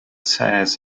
says